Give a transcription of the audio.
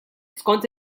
skont